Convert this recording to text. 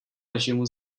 režimu